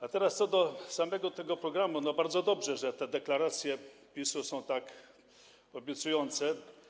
A teraz, co do samego programu to bardzo dobrze, że deklaracje PiS-u są tak obiecujące.